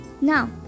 now